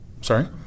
Sorry